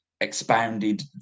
expounded